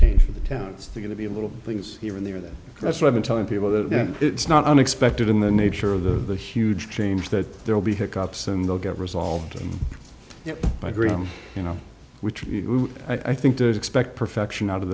changed the town's going to be a little things here and there that that's why i've been telling people that it's not unexpected in the nature of the huge change that there will be hiccups and they'll get resolved by graham you know which i think to expect perfection out